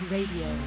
Radio